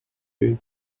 you